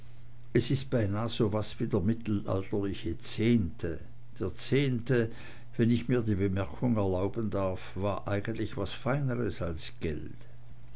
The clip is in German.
es ist beinah so was wie der mittelalterliche zehnte der zehnte wenn ich mir die bemerkung erlauben darf war eigentlich was feineres als geld